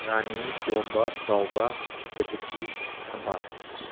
ꯔꯥꯅꯤ ꯇꯣꯝꯕ ꯆꯥꯎꯕ ꯀꯦꯇꯨꯀꯤ ꯊꯝꯕꯥꯜ